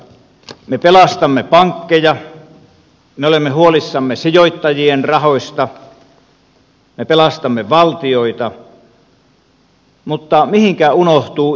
me pelastamme pankkeja me olemme huolissamme sijoittajien rahoista me pelastamme valtioita mutta mihinkä unohtuu ihminen